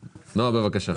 בבקשה.